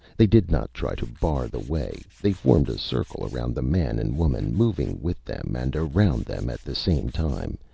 they did not try to bar the way. they formed a circle around the man and woman, moving with them and around them at the same time,